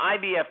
IBF